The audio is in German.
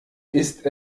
ist